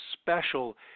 special